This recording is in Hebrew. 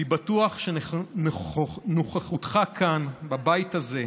אני בטוח שנוכחותך כאן, בבית הזה,